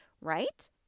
right